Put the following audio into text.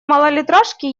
малолитражке